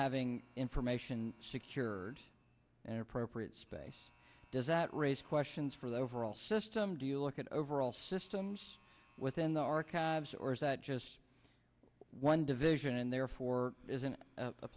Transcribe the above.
having information secured and appropriate space does that raise questions for the overall system do you look at overall systems within the archives or is that just one division and therefore isn't a